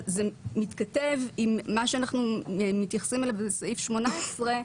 זה מתכתב עם מה שאנחנו מתייחסים אליו בסעיף 18,